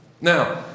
Now